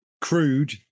crude